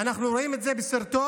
ואנחנו רואים את זה בסרטון